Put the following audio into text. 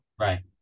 Right